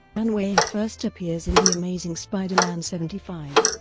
anne weying first appears in the amazing spider-man seventy five.